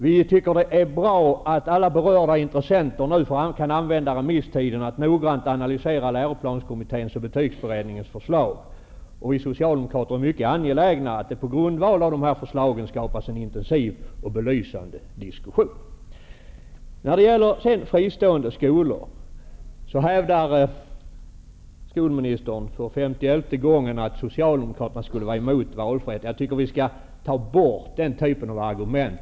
Vi tycker det är bra att alla berörda intressenter kan använda remisstiden till att noggrant analysera läroplanskommitténs och betygsberedningens förslag. Vi socialdemokrater är mycket angelägna att det på grundval av dessa förslag skapas en intensiv och belysande diskussion. När det gäller fristående skolor hävdar skolministern för femtioelfte gången att Socialdemokraterna skulle vara emot valfrihet. Jag tycker den sortens argument skulle tas bort.